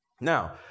Now